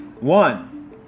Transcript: One